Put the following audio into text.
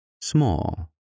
small